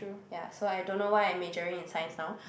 ya so I don't know why I majoring in Science now